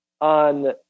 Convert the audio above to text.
on